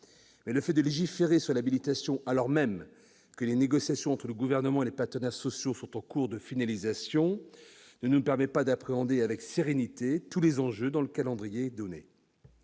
mais le fait de légiférer sur l'habilitation alors même que les négociations entre le Gouvernement et les partenaires sociaux sont en cours ne nous permet pas d'appréhender avec sérénité tous les enjeux dans le calendrier donné.